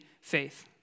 faith